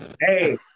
Hey